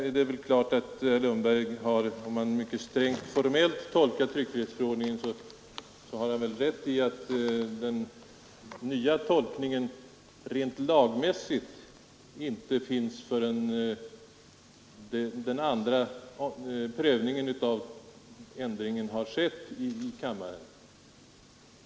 Om man mycket strängt formellt tolkar tryckfrihetsförordningen, har väl herr Lundberg rätt i att den nya tolkningen rent lagmässigt inte föreligger förrän den andra prövningen av lagändringen har skett i kammaren.